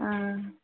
हाँ